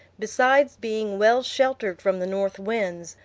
besides being well sheltered from the north winds,